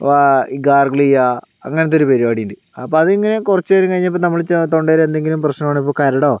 ഗാർ ഗുളിക അങ്ങൻത്തെ ഒരു പരിപാടിയുണ്ട് അപ്പോൾ അതിങ്ങനെ കുറച്ചു നേരം കഴിഞ്ഞപ്പോൾ നമ്മൾ തൊണ്ടയിൽ എന്തെങ്കിലും പ്രശ്നമാണെങ്കിൽ ഇപ്പോൾ കരടോ